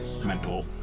mental